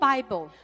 Bible